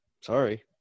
Sorry